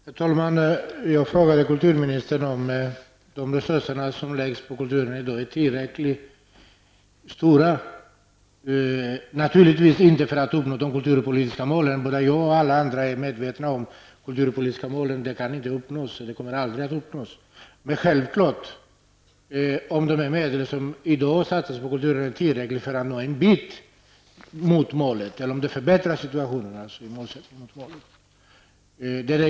Herr talman! Jag frågade kulturministern om de resurser som i dag läggs på kulturen är tillräckligt stora. De är naturligtvis inte tillräckligt stora för att vi skall uppnå de kulturpolitiska målen. Jag och alla andra är medvetna om att de kulturpolitiska målen inte kan uppnås och aldrig kommer att uppnås. Är de medel som i dag satsas på kulturen tillräckliga för att nå en bit mot målet eller förbättra situationen?